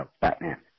Batman